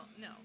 no